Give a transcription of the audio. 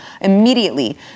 immediately